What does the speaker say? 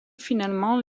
finement